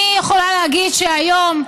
אני יכולה להגיד שהיום,